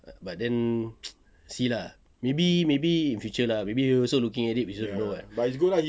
but then see lah maybe maybe in future lah maybe he also looking at it